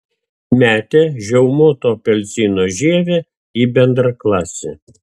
metė žiaumoto apelsino žievę į bendraklasį